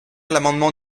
l’amendement